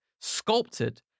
sculpted